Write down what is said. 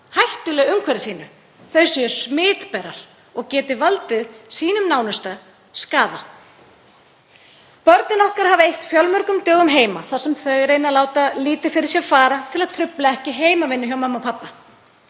hættuleg umhverfi sínu, þau séu smitberar og geti valdið sínum nánustu skaða. Börnin okkar hafa eytt fjölmörgum dögum heima þar sem þau reyna að láta lítið fyrir sér fara til að trufla ekki heimavinnu hjá mömmu og pabba.